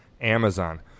Amazon